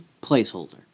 placeholder